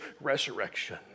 resurrection